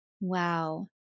Wow